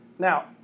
Now